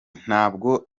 ntabwo